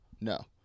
no